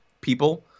people